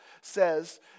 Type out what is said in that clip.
says